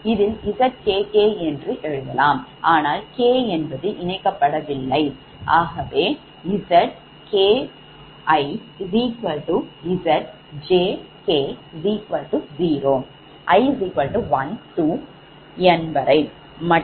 இதில் Zkk என்று எழுதலாம் ஆனால் k என்பது இணைக்கப்படவில்லை ஆகவேZkiZik0i12n மற்ற அனைத்து Zs 0